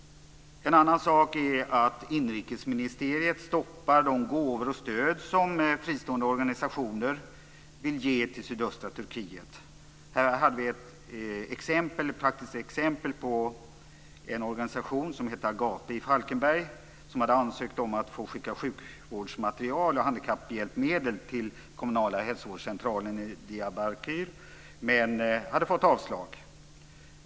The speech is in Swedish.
En annan sak är att inrikesministeriet stoppar de gåvor och stöd som fristående organisationer vill ge till sydöstra Turkiet. Här hade vi ett praktiskt exempel på en organisation i Falkenberg som heter Agape, som hade ansökt om att få skicka sjukvårdsmateriel och handikapphjälpmedel till den kommunala hälsovårdscentralen i Diyarbakir, men som hade fått avslag.